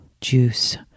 juice